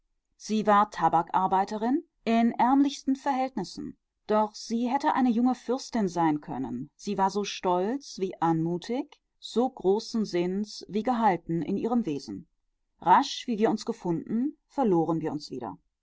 sie war tabakarbeiterin in ärmlichsten verhältnissen doch sie hätte eine junge fürstin sein können sie war so stolz wie anmutig so großen sinns wie gehalten in ihrem wesen rasch wie wir uns gefunden verloren wir uns wieder